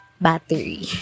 battery